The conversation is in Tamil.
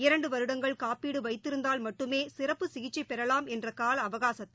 இரண்டு வருடங்கள் காப்பீடு வைத்திருந்தால் மட்டுமே சிறப்பு சிகிச்சை பெறலாம் என்ற கால அவகாசத்தை